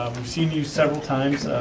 we've seen you several times.